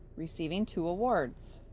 receiving two awards.